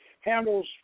handles